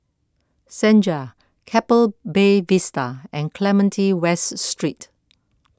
Senja Keppel Bay Vista and Clementi West Street